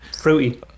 fruity